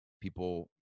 People